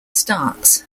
starts